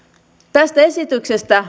tästä esityksestä